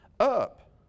Up